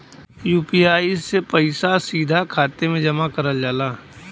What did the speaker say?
UPI से पइसा सीधा खाते में जमा कगल जाला